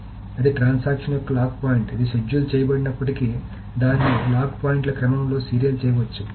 కాబట్టి అది ట్రాన్సాక్షన్ యొక్క లాక్ పాయింట్ ఇది షెడ్యూల్ చేయబడినప్పటికీ దాన్ని లాక్ పాయింట్ల క్రమంలో సీరియల్ చేయవచ్చు